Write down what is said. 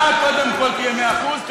אתה קודם כול תהיה מאה אחוז,